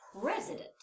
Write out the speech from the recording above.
President